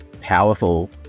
powerful